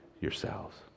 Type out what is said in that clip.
yourselves